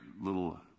little